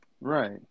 Right